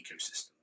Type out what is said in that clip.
ecosystem